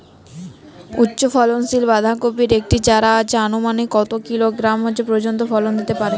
উচ্চ ফলনশীল বাঁধাকপির একটি চারা আনুমানিক কত কিলোগ্রাম পর্যন্ত ফলন দিতে পারে?